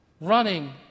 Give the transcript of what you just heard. running